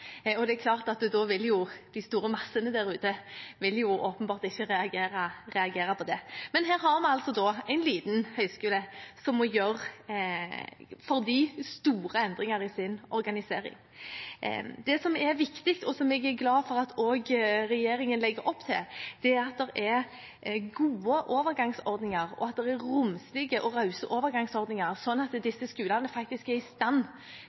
og det er klart at da vil jo de store massene der ute åpenbart ikke reagere på det. Her har vi altså en liten høyskole som må gjøre – for dem – store endringer i sin organisering. Det som er viktig, og som jeg er glad for at regjeringen også legger opp til, er at det er gode overgangsordninger, og at det er romslige og rause overgangsordninger, slik at disse skolene faktisk er i stand